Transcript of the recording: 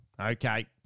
Okay